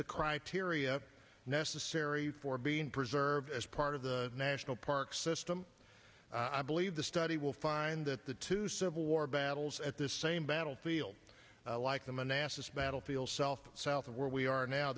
the criteria necessary for being preserved as part of the national park system i believe the study will find that the two civil war battles at the same battlefield like the monastics battlefield south south where we are now